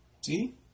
See